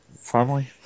family